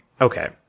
Okay